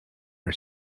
our